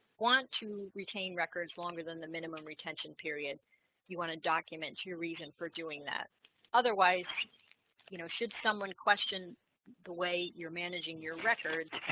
want to retain records longer than the minimum retention period you want to document to your reason for doing that otherwise you know should someone question the way you're managing your records